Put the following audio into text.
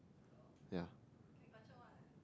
ya